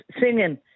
singing